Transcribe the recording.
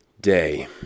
day